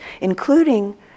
including